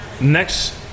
Next